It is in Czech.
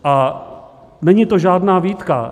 A není to žádná výtka.